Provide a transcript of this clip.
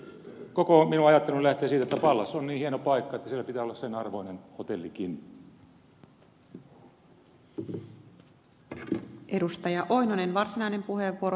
koko minun ajatteluni lähtee siitä että pallas on niin hieno paikka että siellä pitää olla sen arvoinen hotellikin